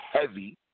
heavy